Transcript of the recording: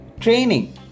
training